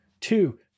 Two